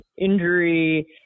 injury